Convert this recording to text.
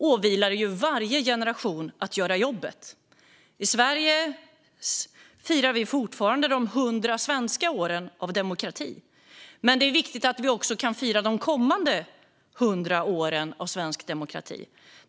Det åvilar varje generation att göra jobbet. I Sverige firar vi fortfarande de 100 svenska åren av demokrati. Men det är viktigt att vi också kan fira de kommande 100 åren av svensk demokrati.